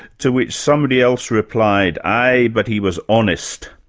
to which somebody else replied, aye, but he was honest!